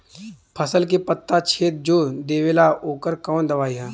फसल के पत्ता छेद जो देवेला ओकर कवन दवाई ह?